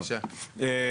זו החובה הראשונה.